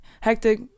hectic